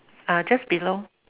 uh just below